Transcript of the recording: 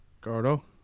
Gordo